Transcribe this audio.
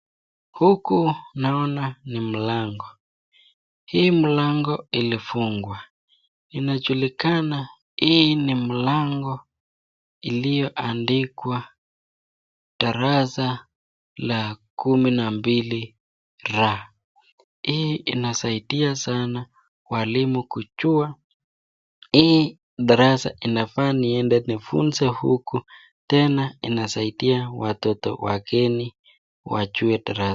Huku naona ni mlango. Hii mlango ilifungwa. Inachulikana hii ni mlango iliyoandikwa darasa la 12 R. Hii inasaidia sana mwalimu kujua hii darasa inafaa niende nifunze huku tena inasaidia watoto wakeni wajue.